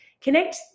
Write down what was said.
connect